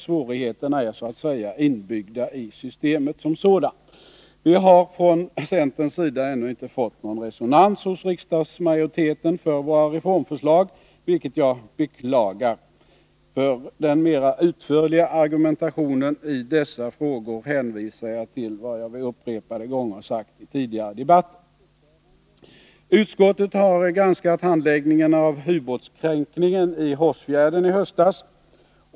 Svårigheterna är så att säga inbyggda i systemet som sådant. Vi har från centerns sida ännu inte fått någon resonans hos riksdagsmajoriteten för våra reformförslag, vilket jag beklagar. För den mera utförliga argumentationen i dessa frågor hänvisar jag till vad jag upprepade gånger sagt i tidigare debatter. Utskottet har granskat handläggningen av ubåtskränkningen i Hårsfjärden i höstas.